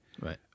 Right